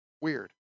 weird